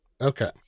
Okay